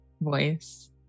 voice